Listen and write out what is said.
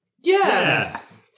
Yes